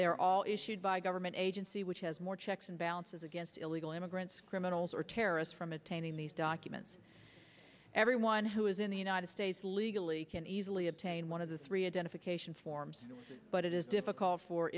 they're all issued by a government agency which has more checks and balances against illegal immigrants criminals or terrorists from attaining these documents everyone who is in the united states legally can easily obtain one of the three identification forms but it is difficult for